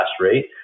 rate